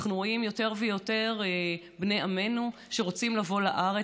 אנחנו רואים יותר ויותר מבני עמנו שרוצים לבוא לארץ.